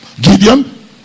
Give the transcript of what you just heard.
Gideon